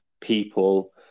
people